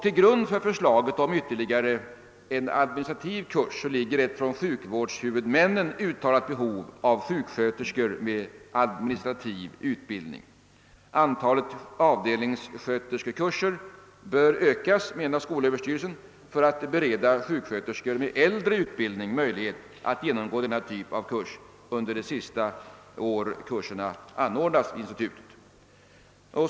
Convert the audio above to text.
Till grund för förslaget om ytterligare en administrativ kurs ligger ett från sjukvårdshuvudmännen uttalat behov av sjuksköterskor med administrativ utbildning. Antalet avdelningssköterskekurser bör ökas, menar skolöverstyrelsen, för att bereda sjuksköterskor med äldre utbildning möjlighet att genomgå denna typ av kurser under det sista året kurserna anordnas vid institutet.